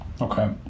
Okay